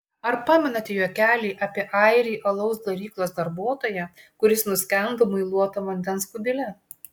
ar pamenate juokelį apie airį alaus daryklos darbuotoją kuris nuskendo muiluoto vandens kubile